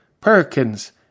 Perkins